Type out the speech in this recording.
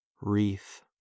wreath